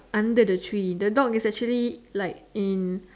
under the tree the dog is actually like in